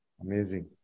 Amazing